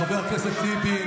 חבר הכנסת טיבי,